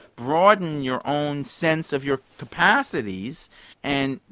broaden your own sense of your capacities and,